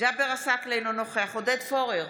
ג'אבר עסאקלה, אינו נוכח עודד פורר,